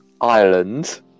Ireland